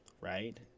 right